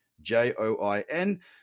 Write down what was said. J-O-I-N